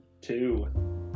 Two